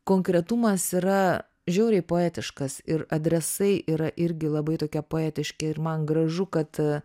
konkretumas yra žiauriai poetiškas ir adresai yra irgi labai tokie poetiški ir man gražu kad